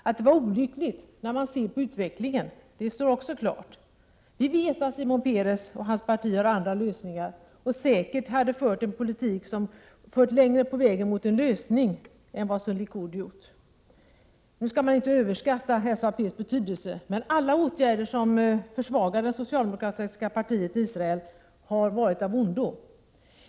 Att det var olyckligt står också klart när man ser på utvecklingen. Vi vet att Shimon Peres och hans parti har andra planer och säkert hade fört en politik som lett längre på vägen mot en lösning än vad Likuds politik gjort. Nu skall man inte överskatta SAP:s betydelse. Men alla åtgärder som försvagar det socialdemokratiska partiet i Israel har varit av ondo.